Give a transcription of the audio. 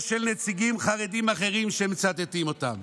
או של נציגים חרדים אחרים שמצטטים אותם